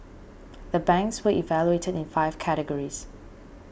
the banks were evaluated in five categories